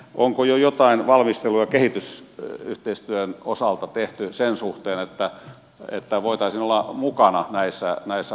onko jo jotain valmisteluja kehitysyhteistyön osalta tehty sen suhteen että voitaisiin olla mukana näissä hankkeissa